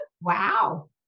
Wow